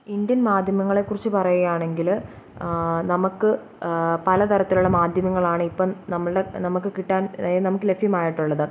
Indian മാധ്യമങ്ങളെ കുറിച്ച് പറയുക ആണെങ്കിൽ നമുക്ക് പല തരത്തിലുള്ള മാധ്യമങ്ങളാണ് ഇപ്പം നമ്മളുടെ നമുക്ക് കിട്ടാന് അതായത് നമുക്ക് ലഭ്യമായിട്ടുള്ളത്